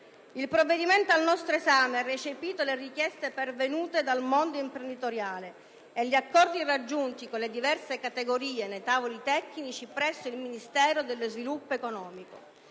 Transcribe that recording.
Il provvedimento al nostro esame ha recepito le richieste pervenute dal mondo imprenditoriale e gli accordi raggiunti con le diverse categorie nei tavoli tecnici presso il Ministero dello sviluppo economico.